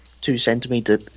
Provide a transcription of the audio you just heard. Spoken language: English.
two-centimeter